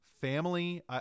family